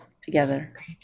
together